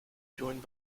joined